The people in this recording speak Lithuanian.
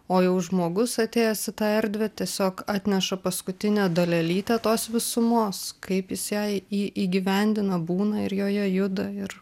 o jau žmogus atėjęs į tą erdvę tiesiog atneša paskutinę dalelytę tos visumos kaip jis ją į į įgyvendina būna ir joje juda ir